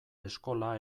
eskola